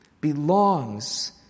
belongs